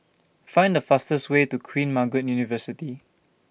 Find The fastest Way to Queen Margaret University